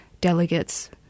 delegates